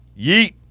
Yeet